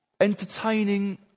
Entertaining